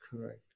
Correct